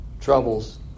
Trouble's